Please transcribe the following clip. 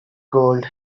gold